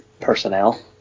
personnel